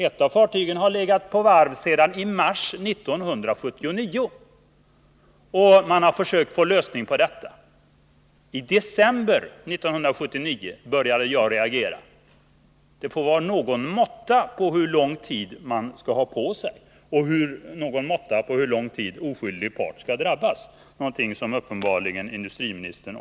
Ett av fartygen har legat på varv sedan mars 1979 i avvaktan på en lösning. I december 1979 började jag reagera. Det får vara någon måtta på hur lång tid man skall ha på sig och hur lång tid en oskyldig part skall drabbas. Detta anser uppenbarligen också industriministern.